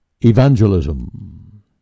Evangelism